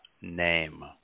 name